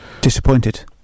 disappointed